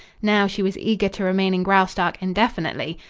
now she was eager to remain in graustark indefinitely.